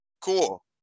Cool